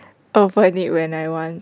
open it when I want